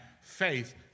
faith